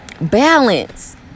balance